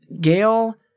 Gail